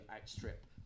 outstrip